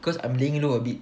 cause I'm laying low a bit